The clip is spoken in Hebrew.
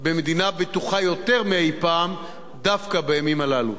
במדינה בטוחה יותר מאי-פעם דווקא בימים הללו.